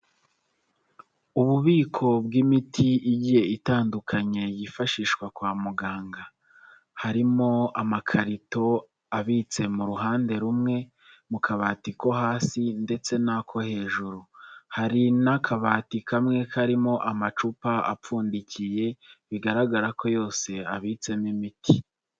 Ububiko bw'imiti igiye itandukanye yifashishwa kwa muganga harimo amakarito abitse mu ruhande rumwe mu kabati ko hasi ndetse n'ako hejuru, hari n'akabati kamwe karimo amacupa apfundikiye bigaragara ko yose abitsemo imiti.